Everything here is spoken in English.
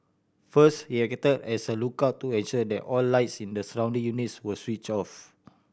first he act as a lookout to ensure that all lights in the surrounding units were switch off